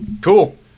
Cool